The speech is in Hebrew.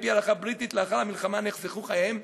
על-פי הערכה בריטית לאחר המלחמה, נחסכו חייהם